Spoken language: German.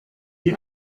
die